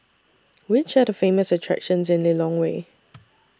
Which Are The Famous attractions in Lilongwe